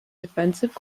defensive